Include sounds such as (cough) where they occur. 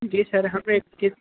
जी sir (unintelligible)